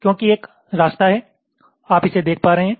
क्योंकि एक रास्ता है आप इसे देख पा रहे हैं